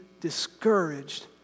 discouraged